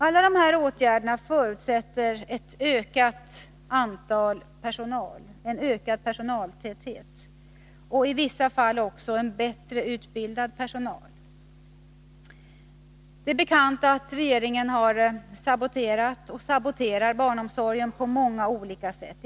Alla de åtgärder som föreslås förutsätter ökad personaltäthet och i vissa fall en bättre utbildad personal. Det är bekant att regeringen har saboterat och saboterar barnomsorgen på många olika sätt.